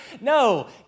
No